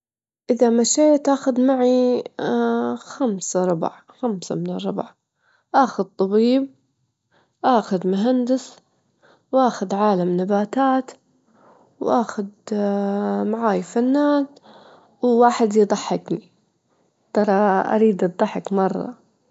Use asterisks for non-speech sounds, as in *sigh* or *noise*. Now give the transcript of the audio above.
الأكل الصحي يبدأ من الفواكه، إنه يبدأ ياكل سلطة فواكه، يسوي له شوفان *noise* يسوي له وجبات خفيفة، ياكل الدجاج أبيض مشوي، يبتعد عن الأتشل- الأكل المحمر، ياكل السمتش مشوي.